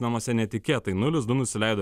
namuose netikėtai nulis du nusileido